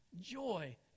Joy